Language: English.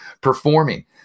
performing